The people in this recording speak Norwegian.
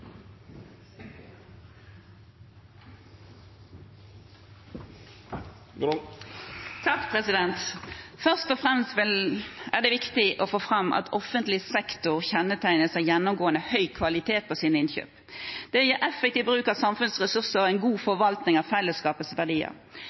Først og fremst er det viktig å få fram at offentlig sektor kjennetegnes av gjennomgående høy kvalitet på sine innkjøp. Det gir en effektiv bruk av samfunnets ressurser og en god